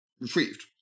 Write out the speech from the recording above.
retrieved